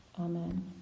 Amen